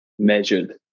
Measured